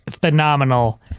phenomenal